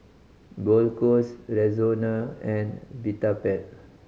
Gold Rexona and Vitapet